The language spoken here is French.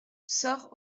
soorts